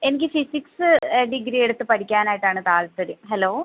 എനിക്ക് physics degree എടുത്ത് പഠിക്കാൻ ആയിട്ടാണ് താൽപ്പര്യം ഹലോ